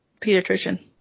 pediatrician